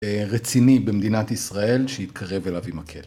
רציני במדינת ישראל, שיתקרב אליו עם מקל.